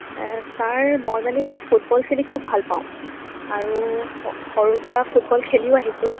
sir মই মানে এই ফুটবল খেলি খুব ভালপাওঁ আৰু সৰুৰপৰা ফুটবল খেলিও আহিছোঁ